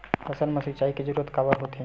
फसल मा सिंचाई के जरूरत काबर होथे?